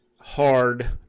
hard